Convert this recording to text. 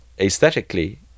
aesthetically